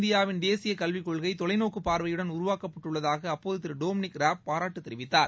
இந்தியாவின் தேசிய கல்வி கொள்கை தொலைநோக்குப் பார்வையுடன் உருவாக்கப்பட்டுள்ளதாக அப்போது திரு டொமினிக் ராப் பாராட்டு தெரிவித்தார்